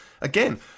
Again